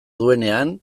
duenean